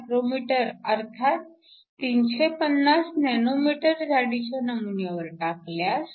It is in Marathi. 35 μm अर्थात 350 nm जाडीच्या नमुन्यावर टाकल्यास